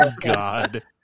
God